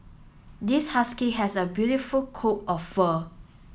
this husky has a beautiful coat of fur